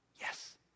Yes